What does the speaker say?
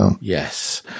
Yes